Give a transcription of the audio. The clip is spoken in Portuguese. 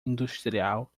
industrial